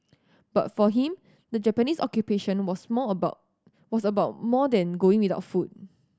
but for him the Japanese Occupation was more about was about more than going without food